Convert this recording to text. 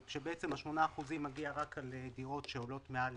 ה-8% מגיע רק לדירות שעולות מעל